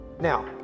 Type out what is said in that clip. Now